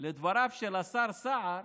לדבריו של השר סער